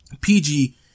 PG